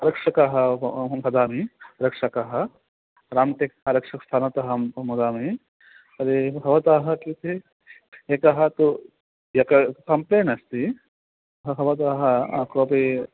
रक्षकः अहं वदामि रक्षकः रामटेक आरक्षस्थानतः अहम् अहं वदामि तदेव भवतः कृते एकः तु एकः कम्पेन् अस्ति हा भवतः कोपि